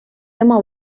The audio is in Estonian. ema